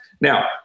Now